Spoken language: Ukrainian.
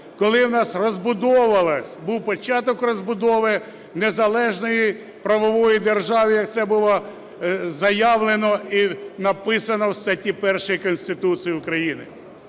коли у нас розбудовувалась, був початок розбудови незалежної правової держави, як це було заявлено і написано в статті 1 Конституції України.